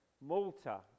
Malta